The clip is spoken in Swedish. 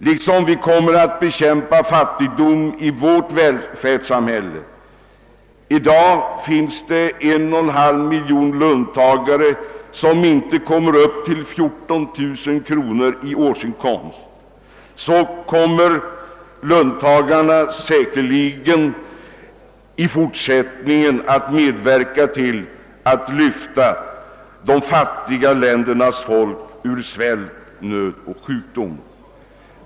Liksom vi kommer att bekämpa fattigdom i vårt välfärdssamhälle — i dag finns en och en halv miljon löntagare som inte kommer upp till 14 000 kronor i årsinkomst — kommer löntagarna säkerligen i fortsättningen att medverka till att lyfta de fattiga ländernas folk ur svält, nöd och sjukdom.